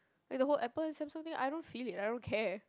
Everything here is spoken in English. like the whole Apple and Samsung thing I don't feel it I don't care